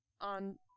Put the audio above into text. on